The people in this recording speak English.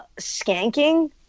skanking